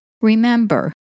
Remember